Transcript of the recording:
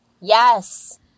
Yes